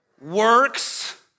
works